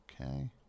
Okay